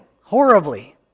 horribly